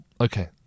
Okay